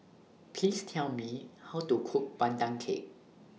Please Tell Me How to Cook Pandan Cake